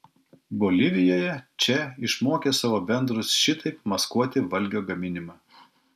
bolivijoje če išmokė savo bendrus šitaip maskuoti valgio gaminimą